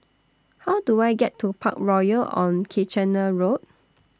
How Do I get to Parkroyal on Kitchener Road